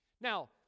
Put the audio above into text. Now